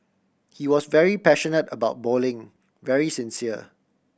he was very passionate about bowling very sincere